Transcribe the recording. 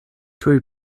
tuj